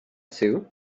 sue